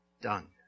done